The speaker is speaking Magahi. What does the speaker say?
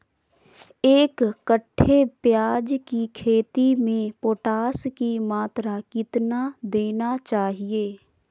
एक कट्टे प्याज की खेती में पोटास की मात्रा कितना देना चाहिए?